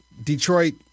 detroit